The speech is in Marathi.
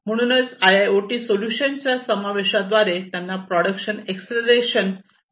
म्हणूनच आयआयओटी सोल्यूशनच्या समावेशा द्वारे त्यांना प्रोडक्शन एक्सेलरेशन प्रवेग प्राप्त करायचे आहे